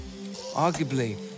arguably